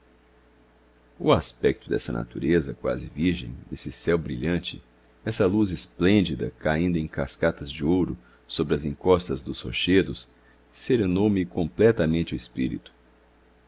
o aspecto desta natureza quase virgem esse céu brilhante essa luz esplêndida caindo em cascatas de ouro sobre as encostas dos rochedos serenou me completamente o espírito